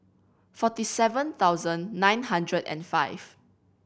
forty seven thousand nine hundred and five